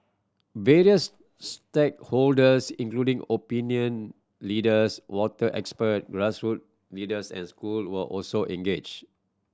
various stakeholders including opinion leaders water expert grassroot leaders and school were also engage